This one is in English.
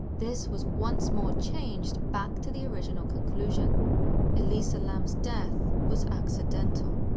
this was once more changed back to the original conclusion elisa lam's death was accidental.